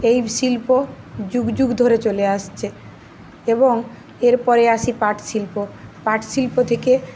এই শিল্প যুগ যুগ ধরে চলে আসছে এবং এর পরে আসি পাটশিল্প পাটশিল্প থেকে